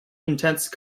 intense